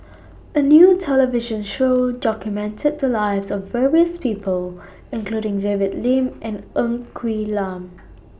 A New television Show documented The Lives of various People including David Lim and Ng Quee Lam